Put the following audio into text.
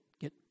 get